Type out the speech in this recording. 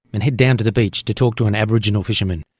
and head down to the beach to talk to an aboriginal fisherman,